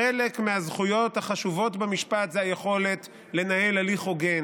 חלק מהזכויות החשובות במשפט זה היכולת לנהל הליך הוגן.